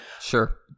Sure